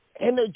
energy